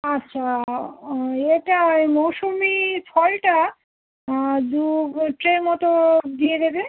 আচ্ছা এটা ওই মৌসুমি ফলটা দু ট্রে মতো দিয়ে দেবে